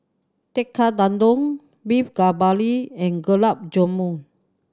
Tekkadon Beef Galbi and Gulab Jamun